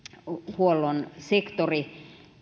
sektori